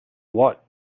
what